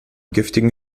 giftigen